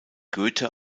goethe